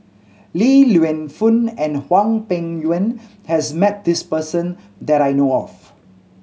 Li Lienfung and Hwang Peng Yuan has met this person that I know of